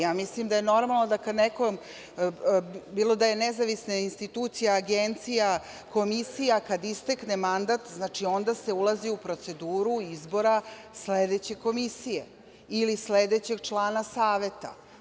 Ja mislim da je normalno, kada neko, bilo da je nezavisna institucija, agencija, komisija, kada istekne mandat, onda se ulazi u proceduru izbora sledeće komisije ili sledećeg člana saveta.